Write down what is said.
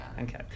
Okay